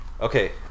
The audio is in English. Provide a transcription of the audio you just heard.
Okay